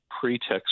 pretext